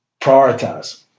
prioritize